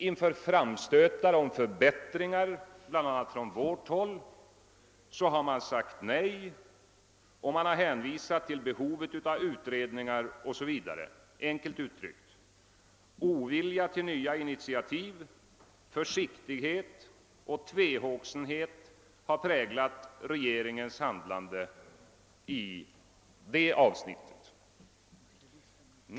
Inför framstötar om förbättringar, bl.a. från vårt håll, har man sagt nej och hänvisat till behovet av utredningar o.s.v. Enkelt uttryckt har ovilja till nya initiativ, försiktighet och tvehågsenhet präglat regeringens handlande i detta avsnitt.